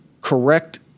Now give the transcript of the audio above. correct